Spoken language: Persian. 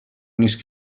نیست